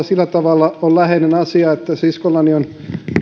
sillä tavalla läheinen asia että siskollani on